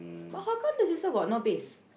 but how come the sister got no base